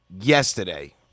yesterday